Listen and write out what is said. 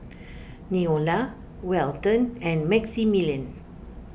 Neola Walton and Maximilian